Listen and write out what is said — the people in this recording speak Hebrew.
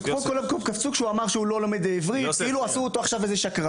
קפצו כשהוא אמר שהוא לא לומד עברית כאילו עשו אותו שקרן.